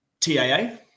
TAA